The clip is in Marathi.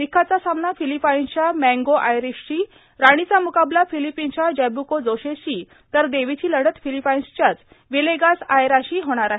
निखातचा सामना फिलिपाईन्सच्या मँगो आयरिशशी राणीचा म्काबला फिलिपिन्सच्या जॅब्को जोसेशी तर देवीची लढत फिलिपाईन्सच्याच विलेगास आयराशी होणार आहे